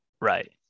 Right